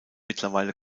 mittlerweile